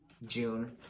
June